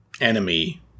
enemy